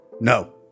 No